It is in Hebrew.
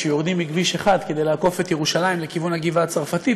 כשיורדים מכביש 1 כדי לעקוף את ירושלים לכיוון הגבעה הצרפתית,